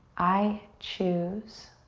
i choose.